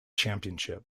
championship